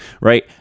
right